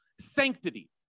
sanctity